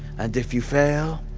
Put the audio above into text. and if you fail.